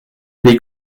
les